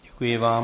Děkuji vám.